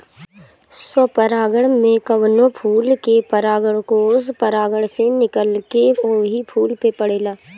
स्वपरागण में कवनो फूल के परागकोष परागण से निकलके ओही फूल पे पड़ेला